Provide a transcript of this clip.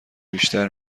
بیشتر